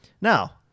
Now